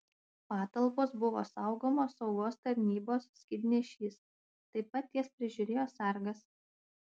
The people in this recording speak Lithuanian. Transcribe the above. patalpos buvo saugomos saugos tarnybos skydnešys taip pat jas prižiūrėjo sargas